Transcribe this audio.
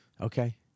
Okay